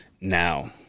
now